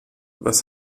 was